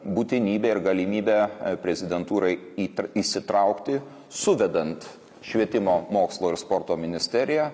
būtinybę ir galimybę prezidentūrai į įsitraukti suvedant švietimo mokslo ir sporto ministeriją